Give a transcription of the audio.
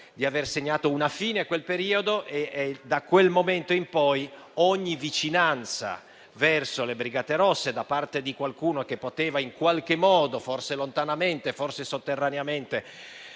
atto la fine di quel periodo; da quel momento in poi, ogni vicinanza verso le brigate rosse da parte di qualcuno che poteva, in qualche modo, forse lontanamente, forse sotterraneamente